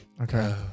Okay